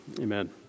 Amen